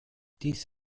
dies